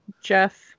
Jeff